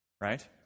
Right